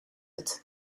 het